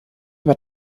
über